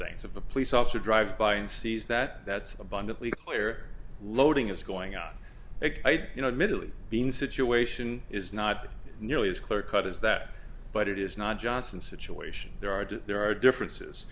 things of a police officer drives by and sees that that's abundantly clear loading is going on you know middle of being situation is not nearly as clear cut as that but it is not johnson situation there are there are differences